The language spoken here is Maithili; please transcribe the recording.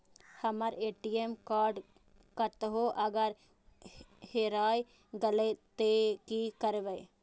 हमर ए.टी.एम कार्ड कतहो अगर हेराय गले ते की करबे?